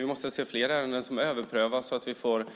Vi måste se fler ärenden som överprövas så att vi får